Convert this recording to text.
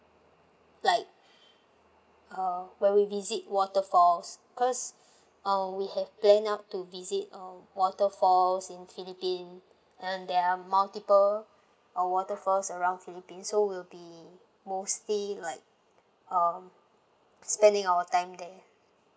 like uh when we visit waterfalls because uh we have plan up to visit um waterfalls in philippines and there are multiple of waterfalls around philippines so we'll be mostly like um spending our time there